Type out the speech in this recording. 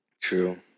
True